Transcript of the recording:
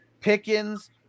Pickens